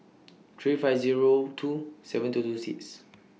three five Zero two seven two two six